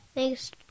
Thanks